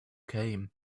came